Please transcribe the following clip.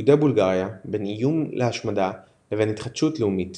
יהודי בולגריה בין איום להשמדה לבין התחדשות לאומית